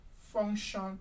function